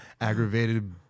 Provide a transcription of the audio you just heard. Aggravated